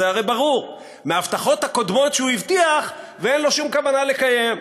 זה הרי ברור: מההבטחות הקודמות שהוא הבטיח ואין לו שום כוונה לקיים.